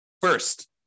First